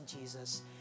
Jesus